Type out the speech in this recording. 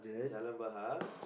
Jalan-Bahar